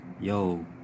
yo